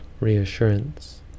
reassurance